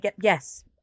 Yes